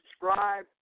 subscribe